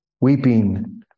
weeping